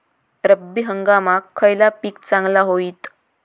रब्बी हंगामाक खयला पीक चांगला होईत?